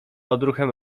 odruchem